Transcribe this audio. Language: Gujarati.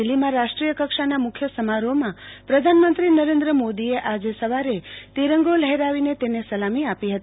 દિલ્હીમાં રાષ્ટ્રીય કક્ષાના મુખ્ય સમારોહમાં પ્રધાનમંત્રી નરેન્દ્ર મોદીએ આજે સવારે તિરંગો લહેરાવી તેને સલામી આપી હતી